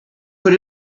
put